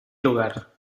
lugar